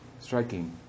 striking